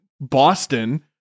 Boston